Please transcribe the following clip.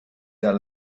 der